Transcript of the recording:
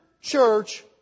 church